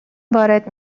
وارد